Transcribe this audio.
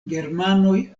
germanoj